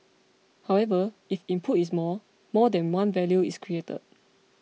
however if input is more more than one value is created